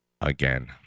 again